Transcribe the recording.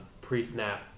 pre-snap